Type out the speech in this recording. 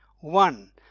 One